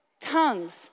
Tongues